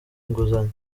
inguzanyo